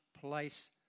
place